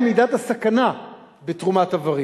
מהי מידת הסכנה בתרומת איברים?